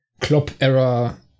Klopp-era